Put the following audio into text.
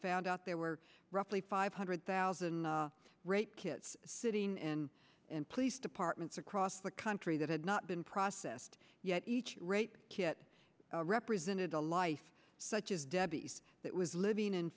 found out there were roughly five hundred thousand rape kits sitting in police departments across the country that had not been processed yet each rape kit represented a life such as debbie's that was living in